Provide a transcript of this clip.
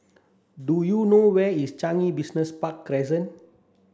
do you know where is Changi Business Park Crescent